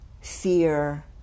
fear